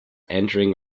entering